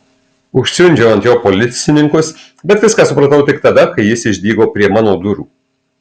užsiundžiau ant jo policininkus bet viską supratau tik tada kai jis išdygo prie mano durų